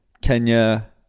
Kenya